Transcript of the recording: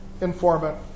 informant